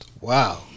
Wow